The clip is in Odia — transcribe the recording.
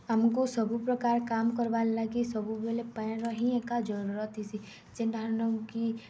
ଆମକୁ ସବୁ ପ୍ରକାର୍ କାମ୍ କର୍ବାର୍ ଲାଗି ସବୁବେଲେ ପାଏନ୍ର ହିଁ ଏକା ଜରୁରତ୍ଥିସି ଯେନଠାନୁ କି